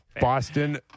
Boston